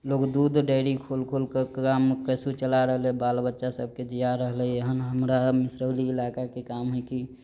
लोग दूध डेयरी खोल खोल क काम कैसहु चला रहल है बाल बच्चा सबके जिया रहलै एहन हमरा मिशरौली ईलाका के काम है की